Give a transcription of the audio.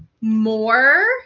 more